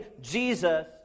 Jesus